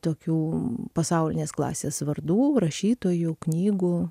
tokių pasaulinės klasės vardų rašytojų knygų